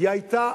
היא היתה,